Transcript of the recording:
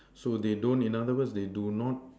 so they don't in another word they do not